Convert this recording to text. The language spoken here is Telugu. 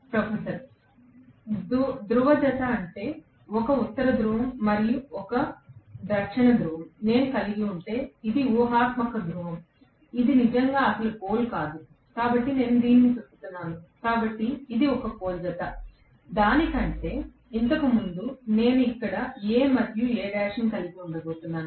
ప్రొఫెసర్ ధ్రువ జత అంటే ఒక ఉత్తర ధ్రువం మరియు దక్షిణ ధ్రువంనేను కలిగి ఉంటే ఇది ఊహాత్మకధ్రువం ఇది నిజంగా అసలు పోల్ కాదు కాబట్టి నేను దీనిని తిప్పుతున్నాను కాబట్టి ఇది 1 పోల్ జత దాని కంటే ఇంతకు ముందు నేను ఇక్కడ A మరియు A కలిగి ఉండబోతున్నాను